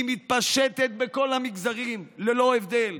היא מתפשטת בכל המגזרים ללא הבדל.